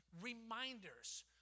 Reminders